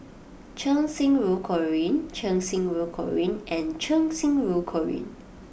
Cheng Xinru Colin Cheng Xinru Colin and Cheng Xinru Colin